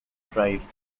drive